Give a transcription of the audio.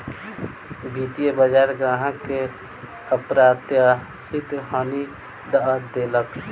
वित्तीय बजार ग्राहक के अप्रत्याशित हानि दअ देलक